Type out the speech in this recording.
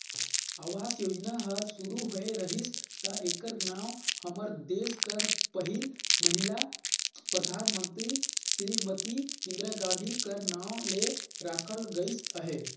आवास योजना हर सुरू होए रहिस ता एकर नांव हमर देस कर पहिल महिला परधानमंतरी सिरीमती इंदिरा गांधी कर नांव ले राखल गइस अहे